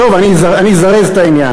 טוב, אני אזרז את העניין.